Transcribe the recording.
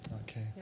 Okay